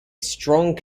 strong